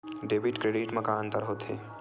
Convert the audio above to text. Debit credit मा का अंतर होत हे?